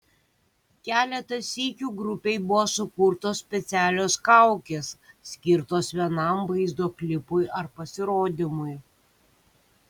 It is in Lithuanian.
keletą sykių grupei buvo sukurtos specialios kaukės skirtos vienam vaizdo klipui ar pasirodymui